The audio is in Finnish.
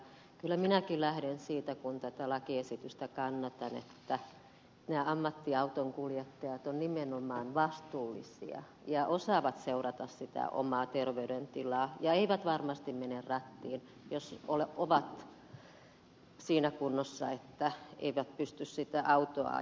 kyllä minäkin lähden siitä kun tätä lakiesitystä kannatan että ammattiautonkuljettajat ovat nimenomaan vastuullisia ja osaavat seurata sitä omaa terveydentilaa eivätkä varmasti mene rattiin jos ovat siinä kunnossa että eivät pysty sitä autoa ajamaan